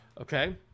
Okay